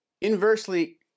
inversely